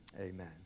Amen